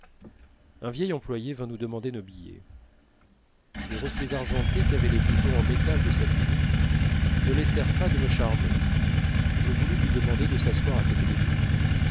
un vieil employé vint nous demander nos billets les reflets argentés qu'avaient les boutons en métal de sa tunique ne laissèrent pas de me charmer je voulus lui demander de s'asseoir à côté de nous